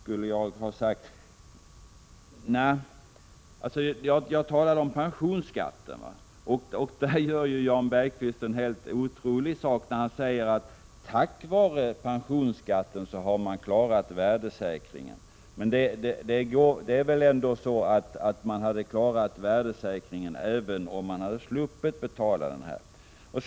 Nej, jag talade då om pensionsskatterna. Jan Bergqvist gjorde i det sammanhanget ett konstgrepp, nämligen då han sade att man tack vare pensionsskatten har klarat värdesäkringen. Men det är väl ändå så att man hade klarat värdesäkringen även om man hade sluppit betala denna skatt.